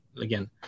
again